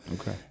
Okay